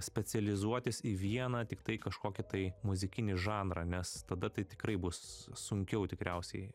specializuotis į vieną tiktai kažkokį tai muzikinį žanrą nes tada tai tikrai bus sunkiau tikriausiai